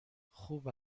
خوب